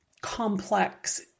complex